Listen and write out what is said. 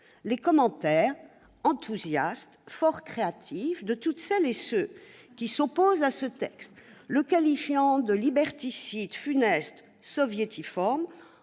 Les commentaires, enthousiastes, fort créatifs de toutes celles et de tous ceux qui s'opposent à ce texte, le qualifiant de liberticide, funeste, soviétiforme,